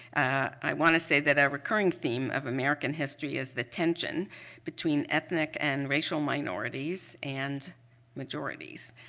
i want to say that a recurring theme of american history is the tension between ethnic and racial minorities and majorities.